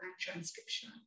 transcription